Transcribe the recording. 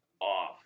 off